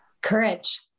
Courage